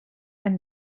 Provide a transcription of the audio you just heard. and